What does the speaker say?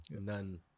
None